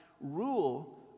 rule